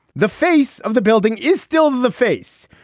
the face of the building is still the face.